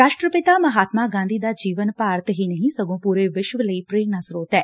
ਰਾਸ਼ਟਰਪਿਤਾ ਮਹਾਤਮਾ ਗਾਂਧੀ ਦਾ ਜੀਵਨ ਭਾਰਤ ਹੀ ਨਹੀਂ ਸਗੋਂ ਪੂਰੇ ਵਿਸ਼ਵ ਲਈ ਪ੍ਰੇਰਣਾ ਸਰੋਤ ਨੇ